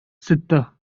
ستة